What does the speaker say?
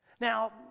Now